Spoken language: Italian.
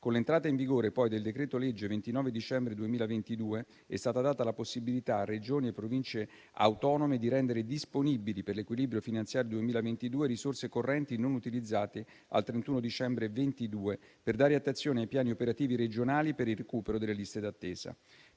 Con l'entrata in vigore, poi, del decreto-legge n. 198 del 29 dicembre 2022 è stata data la possibilità a Regioni e Province autonome di rendere disponibili per l'equilibrio finanziario 2022 risorse correnti non utilizzate al 31 dicembre 2022 per dare attuazione ai piani operativi regionali per il recupero delle liste d'attesa.